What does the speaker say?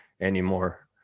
anymore